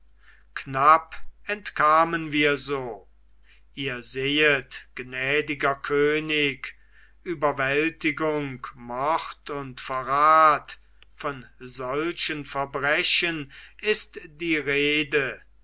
knapp entkamen wir so ihr sehet gnädiger könig überwältigung mord und verrat von solchen verbrechen ist die rede